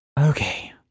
Okay